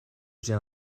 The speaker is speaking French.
j’ai